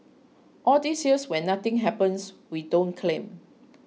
all these years when nothing happens we don't claim